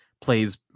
plays